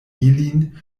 ilin